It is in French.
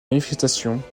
manifestations